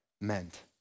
meant